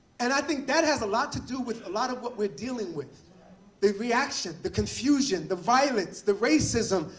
and i think that has a lot to do with a lot of what we're dealing with the reaction, the confusion, the violence, the racism,